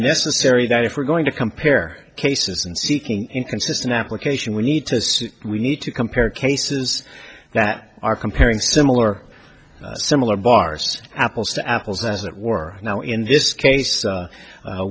necessary that if we're going to compare cases and seeking inconsistent application we need to we need to compare cases that are comparing similar similar bars apples to apples as it were now in this case